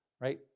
right